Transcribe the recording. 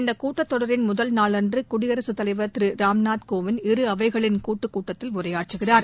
இந்த கூட்டத்தொடரின் முதல் நாளன்று குடியரசுத் தலைவர் திரு ராம்நாத் கோவிந்த் இரு அவைகளின் கூட்டுக் கூட்டத்தில் உரையாற்றுகிறார்